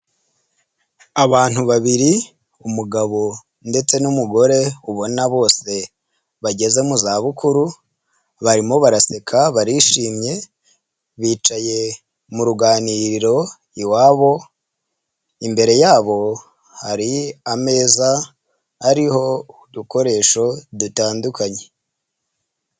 Abantu babiri umugabo ndetse n'umugore ubona bose bageze mu zabukuru barimo baraseka barishimye bicaye mu ruganiriro iwabo, imbere yabo hari ameza ariho udukoresho dutandukanye.